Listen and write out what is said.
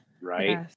Right